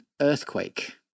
earthquake